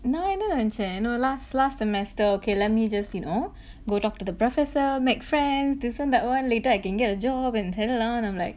நா என்ன நெனச்சேன்:naa enna nenachaen you know last last semester okay let me just you know go talk to the professor make friends this one that one later I can get a job and tell him I'm like